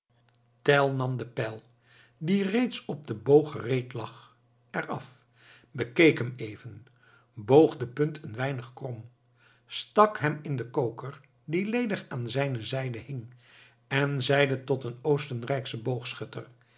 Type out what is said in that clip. nam den pijl die reeds op den boog gereed lag eraf bekeek hem even boog den punt een weinig krom stak hem in den koker die ledig aan zijne zijde hing en zeide tot een oostenrijkschen boogschutter